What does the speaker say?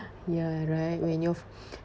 ya right when you've